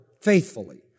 faithfully